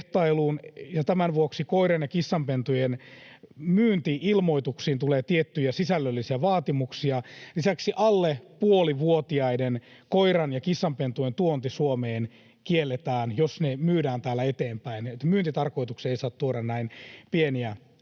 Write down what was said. tämän vuoksi koiran- ja kissanpentujen myynti-ilmoituksiin tulee tiettyjä sisällöllisiä vaatimuksia. Lisäksi alle puolivuotiaiden koiran- ja kissanpentujen tuonti Suomeen kielletään, jos ne myydään täällä eteenpäin. Myyntitarkoitukseen ei saa tuoda näin pieniä pentuja.